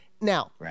Now